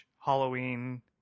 Halloween